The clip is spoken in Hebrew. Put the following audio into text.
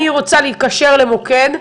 אני רוצה להתקשר למוקד,